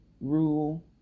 rule